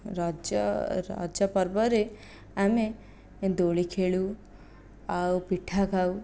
ରଜ ରଜ ପର୍ବରେ ଆମେ ଦୋଳି ଖେଳୁ ଆଉ ପିଠା ଖାଉ